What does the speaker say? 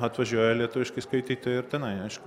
atvažiuoja lietuviški skaitytojai ir tenai aišku